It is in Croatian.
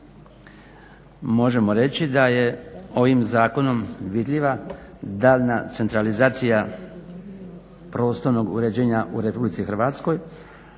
možemo reći da je ovim zakonom vidljiva daljnja centralizacija prostornog uređenja u RH koja